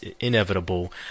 inevitable